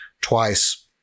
twice